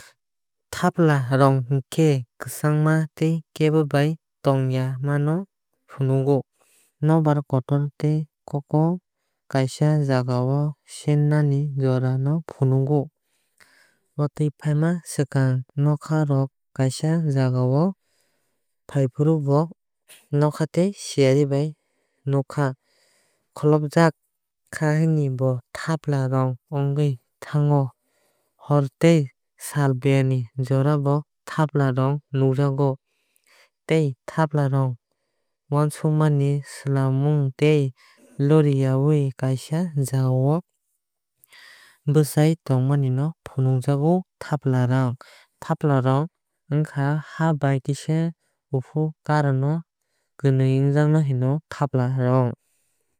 Thapla rong khe kwchangma tei kebo bai tonngyama no phunogo. Nokbar kotor tei koko kaaisa jaga senani jora no phonogo. Watui faima swkang nokha rok kaaisa jaga o faifuru bo nokha tei siyari bai nokha kholopjag khai bo thapla rong ongui thango. Hor tei sal boya ni jora bo thapla rong nukjago tei thapla rong wuansukmung slaimung tei loriyaui kaaisa jaga o bwchaui tongmani no fumukjago Thapla. Thapla rong ongkha haa bai kisa kufur kara no kwnwui ongjak no hinui thapla rong.